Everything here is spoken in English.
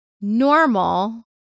normal